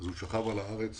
ושכב על הארץ